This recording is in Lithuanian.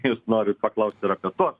jūs norit paklaust ir apie tuos